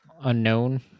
unknown